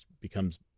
becomes